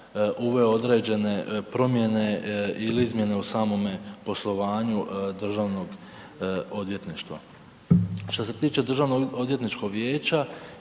uveo određene promjene i izmjene u samome poslovanju Državnog odvjetništva. Što se tiče Državnoodvjetničkog vijeća